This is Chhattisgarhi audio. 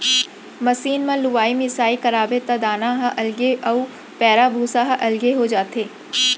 मसीन म लुवाई मिसाई करवाबे त दाना ह अलगे अउ पैरा भूसा ह अलगे हो जाथे